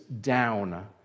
down